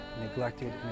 neglected